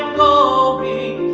call me